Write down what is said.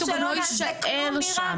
הוא --- זאת אומרת מבחינתך שלא נעשה כלום מירה?